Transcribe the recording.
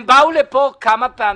הם באו לפה כמה פעמים.